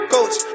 Coach